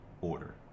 order